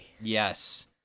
yes